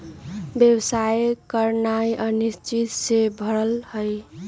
व्यवसाय करनाइ अनिश्चितता से भरल हइ